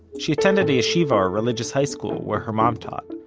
she attended a yeshivah, or religious high school, where her mom taught.